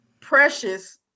Precious